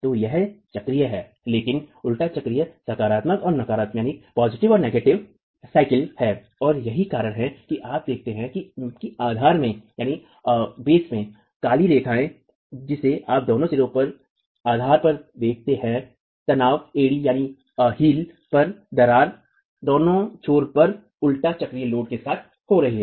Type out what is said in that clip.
तो यह चक्रीय है लेकिन उलटा चक्रीय सकारात्मक और नकारात्मक चक्र है और यही कारण है कि आप देखते हैं कि आधार में दरार काली रेखा जिसे आप दोनों सिरों पर आधार पर देखते हैं तनाव एड़ी पर दरारटूटना दोनों छोर पर उल्टा चक्रीय लोडिंग के साथ हो रहा है